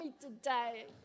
today